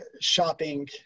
shopping